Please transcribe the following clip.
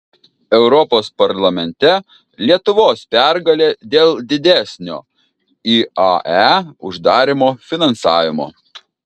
europos parlamente lietuvos pergalė dėl didesnio iae uždarymo finansavimo